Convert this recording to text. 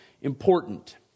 important